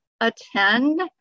attend